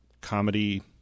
comedy